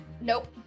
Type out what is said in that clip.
Nope